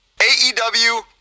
AEW